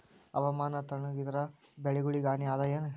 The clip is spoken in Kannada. ಹವಾಮಾನ ತಣುಗ ಇದರ ಬೆಳೆಗೊಳಿಗ ಹಾನಿ ಅದಾಯೇನ?